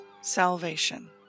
salvation